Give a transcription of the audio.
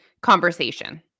conversation